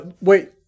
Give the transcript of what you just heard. Wait